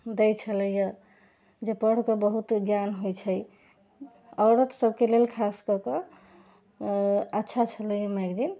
दै छलैया जे पढ़िके बहुत ज्ञान होइत छै औरत सबके लेल खास कऽ कऽ अच्छा छलैया मैगजीन